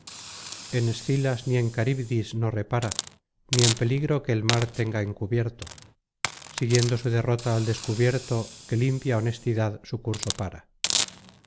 en scílas ni en caríbdis no repara ni en peligro que el mar tenga encubierto siguiendo su derrota al descubierto que limpia honestidad su curso pára